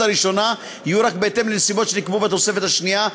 הראשונה יהיו רק בהתאם לנסיבות שנקבעו בתוספת השנייה.